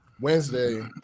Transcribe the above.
Wednesday